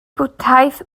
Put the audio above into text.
bwdhaeth